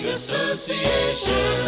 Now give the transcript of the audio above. association